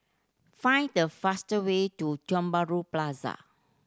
find the fastest way to Tiong Bahru Plaza